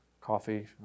coffee